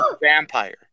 vampire